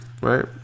Right